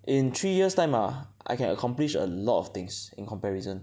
in three years' time ah I can accomplish a lot of things in comparison